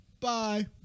Bye